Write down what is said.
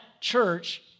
church